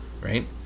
Right